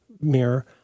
mirror